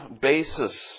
basis